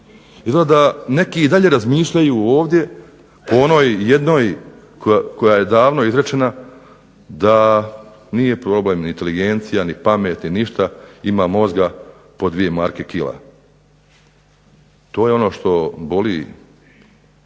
da neki dalje razmišljaju ovdje o onoj jednoj koja je davno izrečena da nije problem inteligencija, ni pamet ni ništa ima mozga po 2 marke kila. To je ono što boli